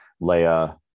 Leia